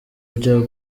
bya